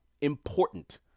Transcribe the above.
important